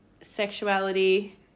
sexuality